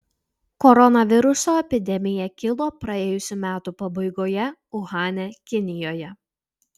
koronaviruso epidemija kilo praėjusių metų pabaigoje uhane kinijoje